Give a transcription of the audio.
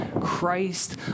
Christ